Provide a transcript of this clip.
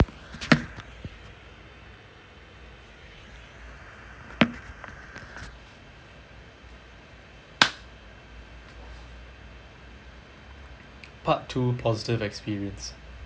part two positive experience